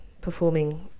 performing